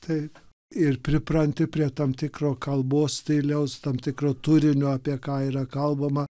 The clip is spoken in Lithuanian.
taip ir pripranti prie tam tikro kalbos stiliaus tam tikro turinio apie ką yra kalbama